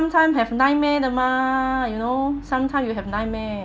sometime have nightmare the mah you know sometime you have nightmare